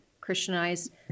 Christianized